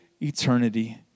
eternity